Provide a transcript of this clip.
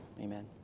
amen